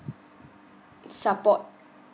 support